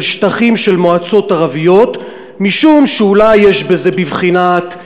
שטחים של מועצות ערביות משום שאולי יש בזה בבחינת,